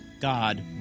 God